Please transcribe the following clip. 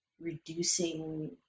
reducing